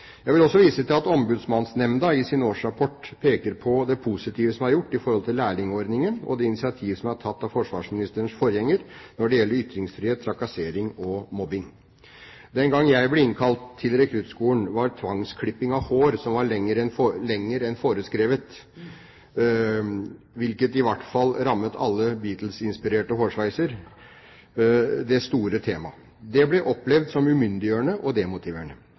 Jeg vil også vise til at Ombudsmannsnemnda i sin årsrapport peker på det positive som er gjort i forhold til lærlingordningen, og det initiativ som er tatt av forsvarsministerens forgjenger når det gjelder ytringsfrihet, trakassering og mobbing. Den gang jeg ble innkalt til rekruttskolen, var tvangsklipping av hår som var lengre enn foreskrevet – hvilket i hvert fall rammet alle Beatles-inspirerte hårsveiser – det store tema. Det ble opplevd som umyndiggjørende og